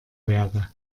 wäre